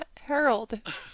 harold